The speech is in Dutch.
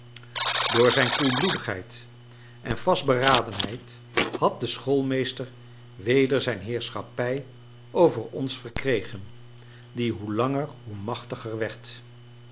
door zijn koelbloedigheid en vastberadenheid had de schoolmeester weder zijn heerschappij over ons verkregen die hoe langer hoe machtiger